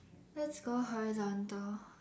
let's go horizontal